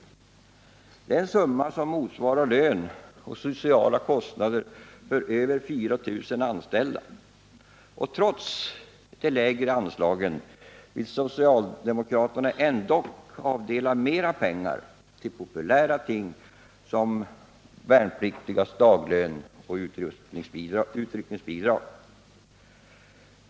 Det är en summa som motsvarar lön och sociala kostnader för över 4 000 anställda. Trots de lägre anslagen vill socialdemokraterna ändock avdela mera pengar till populära ting som värnpliktigas daglön och utryckningsbidrag.